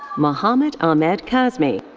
muhammed ahmed kazmi.